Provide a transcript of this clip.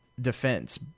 defense